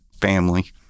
family